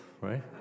right